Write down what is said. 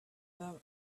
that